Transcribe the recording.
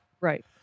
Right